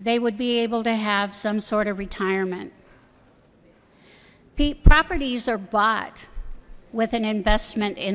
they would be able to have some sort of retirement the properties are but with an investment in